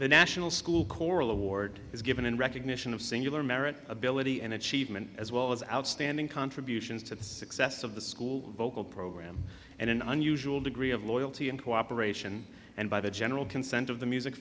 the national school choral award is given in recognition of singular merit ability and achievement as well as outstanding contributions to the success of the school vocal program and an unusual degree of loyalty and cooperation and by the general consent of the music